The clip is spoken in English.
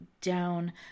down